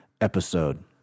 episode